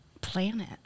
Planet